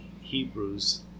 Hebrews